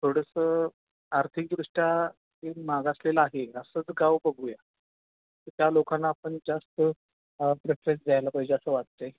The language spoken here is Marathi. थोडंसं आर्थिकदृष्ट्या एक मागासलेलं आहे असंच गाव बघूया त्या लोकांना आपण जास्त प्रेफरेन्स द्यायला पाहिजे असं वाटतं आहे